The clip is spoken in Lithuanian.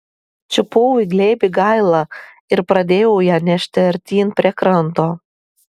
čiupau į glėbį gailą ir pradėjau ją nešti artyn prie kranto